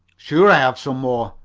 sure i have some more,